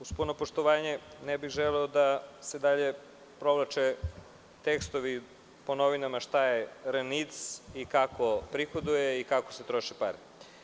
Uz puno poštovanje ne bih želeo da se dalje provlače tekstovi po novinama šta je RANIC i kako prihoduje i kako se troše pare.